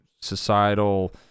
societal